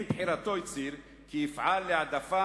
עם בחירתו הוא הצהיר כי יפעל להעדפה